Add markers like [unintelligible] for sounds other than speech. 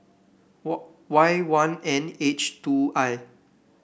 [unintelligible] Y one N H two I